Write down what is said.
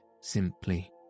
simply